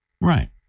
right